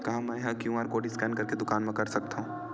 का मैं ह क्यू.आर कोड स्कैन करके दुकान मा कर सकथव?